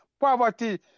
poverty